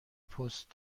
پست